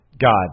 God